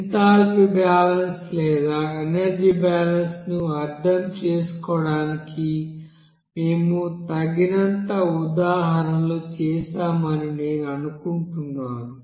enthalpy balance లేదా energy బ్యాలెన్స్ను అర్థం చేసుకోవడానికి మేము తగినంత ఉదాహరణలు చేశామని నేను అనుకుంటున్నాను